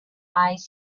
eyes